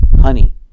Honey